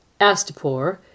Astapor